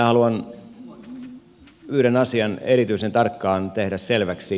minä haluan yhden asian erityisen tarkkaan tehdä selväksi